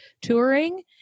touring